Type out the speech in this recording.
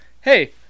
Hey